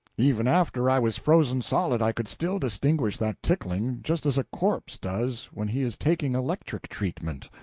even after i was frozen solid i could still distinguish that tickling, just as a corpse does when he is taking electric treatment.